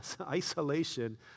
isolation